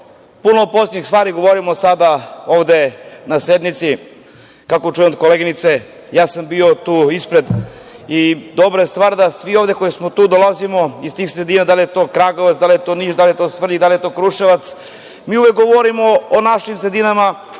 puno poslednjih stvari pričamo ovde na sednici, kako čujem od koleginice, ja sam bio tu ispred i dobra je stvar da svi ovde, koji tu dolazimo iz tih sredina, da li je to Kragujevac, da li je to Niš, da li je to Svrljig, da li je to Kruševac, mi uvek govorimo o našim sredinama,